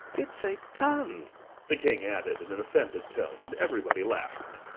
it's a pun the king added in an offended tone, and everybody laughed,